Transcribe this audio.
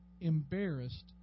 embarrassed